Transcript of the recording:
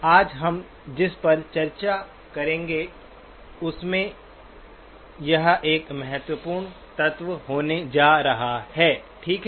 आज हम जिस पर चर्चा करेंगे उसमें यह एक महत्वपूर्ण तत्व होने जा रहा है ठीक है